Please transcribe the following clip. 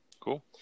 cool